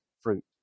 fruit